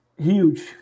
huge